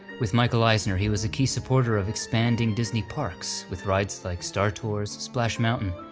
with michael eisner he was a key supporter of expanding disney parks, with rides like star tours, splash mountain,